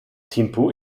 thimphu